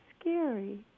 scary